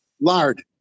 Lard